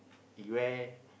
he wear